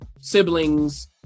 siblings